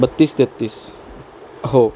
बत्तीस तेहत्तीस हो